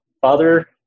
father